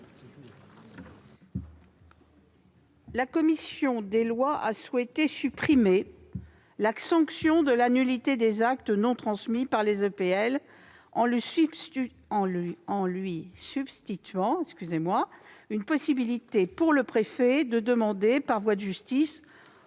La commission des lois a souhaité supprimer la sanction de nullité des actes non transmis par les EPL, en lui substituant une possibilité pour le préfet de demander par voie de justice